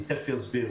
אני תכף אסביר.